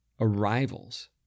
arrivals